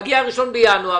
מגיע 1 בינואר,